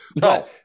No